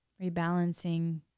rebalancing